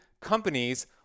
companies